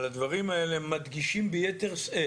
אבל הדברים האלה מדגישים ביתר שאת